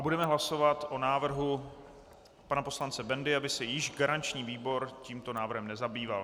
Budeme hlasovat o návrhu pana poslance Bendy, aby se již garanční výbor tímto návrhem nezabýval.